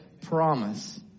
promise